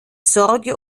sorge